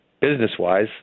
business-wise